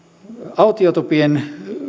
autiotupien